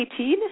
18